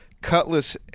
Cutlass